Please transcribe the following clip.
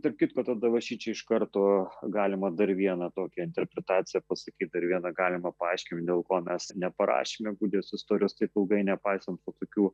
tarp kitko tada va šičia iš karto galima dar vieną tokią interpretaciją pasakyt ir vieną galima paaiškinimą dėl ko mes neparašėme gudijos istorijos taip ilgai nepaisant tokių